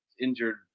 injured